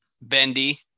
Bendy